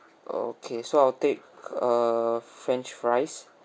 oh okay so I'll take err french fries